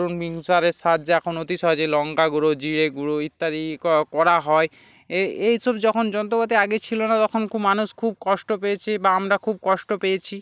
ধরুন মিক্সারের সাহায্যে এখন অতি সহজেই লঙ্কা গুঁড়ো জিরে গুঁড়ো ইত্যাদি করা হয় এই এইসব যখন যন্ত্রপাতি আগে ছিল না তখন খুব মানুষ খুব কষ্ট পেয়েছে বা আমরা খুব কষ্ট পেয়েছি